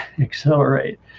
accelerate